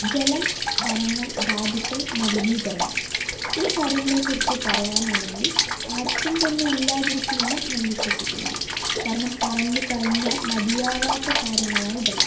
ജലം വനങ്ങൾ ധാതുക്കൾ മലിനീകരണം ഈ കാര്യങ്ങളെക്കുറിച്ച് പറയാനാണെങ്കിൽ ആർക്കും തന്നെ ഇല്ലാതിരിക്കുമെന്ന് ഞാൻ വിശ്വസിക്കുന്നില്ല കാരണം പറഞ്ഞു കഴിഞ്ഞാൽ മതിയാവാത്ത കാര്യങ്ങളാണിതെല്ലാം